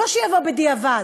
לא שיבוא בדיעבד,